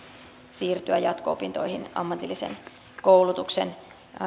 siirtyä jatko opintoihin ammatillisen koulutuksen